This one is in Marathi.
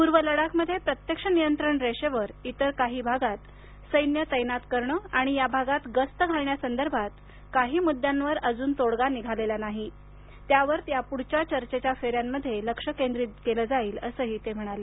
पूर्व लडाखमध्ये प्रत्यक्ष नियंत्रण रेषेवर इतर काही भागात सैन्य तैनात करणं आणि या भागात गस्त घालण्यासंदर्भात काही मुद्द्यांवर अजून तोडगा निघालेला नाही त्यावर यापुढच्या चर्चेच्या फेऱ्यांमध्ये लक्ष केंद्रित केलं जाईल असंही ते म्हणाले